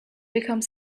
become